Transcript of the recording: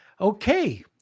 Okay